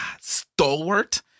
stalwart